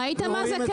ראית מה זה,